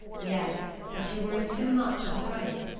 yes but you were in too much of a hurry.